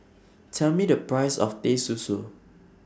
Tell Me The Price of Teh Susu